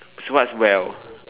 so what's well